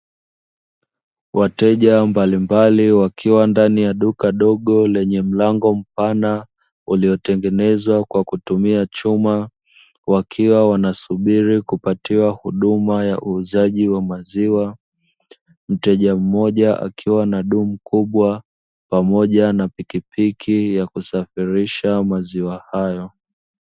Wateja mbalimbali wakiwa ndani ya duka dogo lenye mlango mpana uliotengenezwa kwa kutumia chuma, wakiwa wanasubiri kupatiwa huduma ya uuzaji wa maziwa mteja mmoja akiwa na dumu kubwa pamoja na pikipiki ya kusafirisha maziwa hayo.